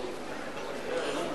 חירום